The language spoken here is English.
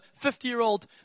50-year-old